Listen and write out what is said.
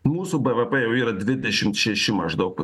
mūsų bvp jau yra dvidešimt šeši maždaug